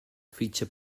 fitxa